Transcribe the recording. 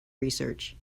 research